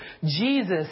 Jesus